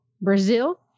Brazil